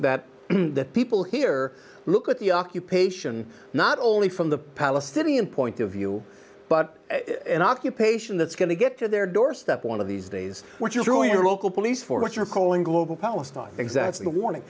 that the people here look at the occupation not only from the palestinian point of view but an occupation that's going to get to their doorstep one of these days which is drawing local police for what you're calling global palestine exacts the warning